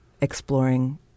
exploring